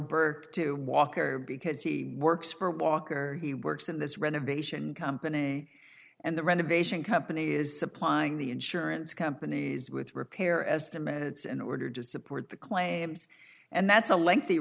burke to walker because he works for walker he works in this renovation company and the renovation company is supplying the insurance companies with repair estimates and ordered to support the claims and that's a lengthy